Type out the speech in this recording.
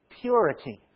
purity